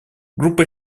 группа